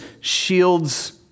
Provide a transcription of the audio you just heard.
shields